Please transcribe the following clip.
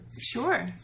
Sure